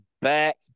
back